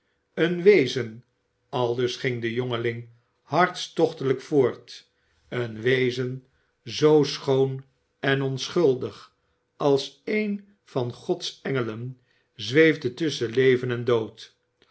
een wezen aldus ging de jongeling hartstochtelijk voort een wezen zoo schoon en onschuldig als een van gods engelen zweefde tusschen leven en dood